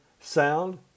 sound